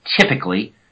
typically